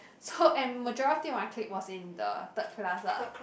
so and majority of my clique was in the third class ah